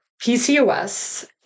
PCOS